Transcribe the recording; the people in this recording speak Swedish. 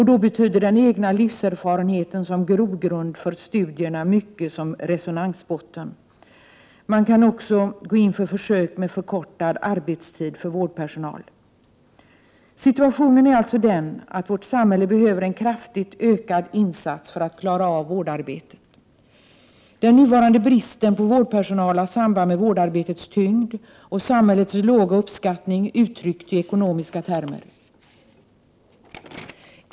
Den egna livserfarenheten som grogrund för studierna betyder mycket som resonansbotten. Det kan vidare gälla försök med förkortad arbetstid för vårdpersonal. Situationen är alltså den att samhället behöver en kraftigt ökad insats för att klara av vårdarbetet. Den nuvarande bristen på vårdpersonal har samband med vårdarbetets tyngd och samhällets låga uppskattning, uttryckt i ekonomiska termer.